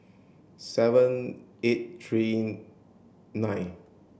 seven eight three nine